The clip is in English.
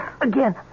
again